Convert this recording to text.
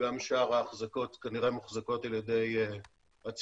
גם שאר ההחזקות כנראה מוחזקות על ידי הציבור,